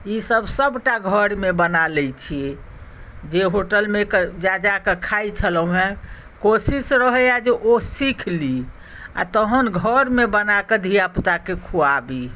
ईसभ सभटा घरमे बना लैत छियै जे होटलमे जाए जाए कऽ खाइत छलहुँ हेँ कोशिश रहैए जे ओ सीख ली आ तखन घरमे बना कऽ धियापुताके खुआबी